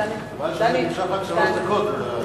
חבל שזה נמשך רק שלוש דקות.